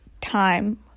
time